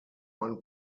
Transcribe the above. one